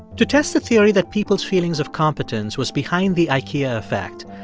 to test the theory that people's feelings of competence was behind the ikea effect,